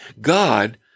God